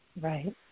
Right